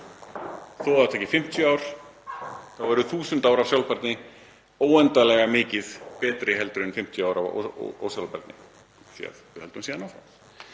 það taki 50 ár þá eru 1.000 ár af sjálfbærni óendanlega mikið betri en 50 ár af ósjálfbærni,